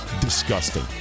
Disgusting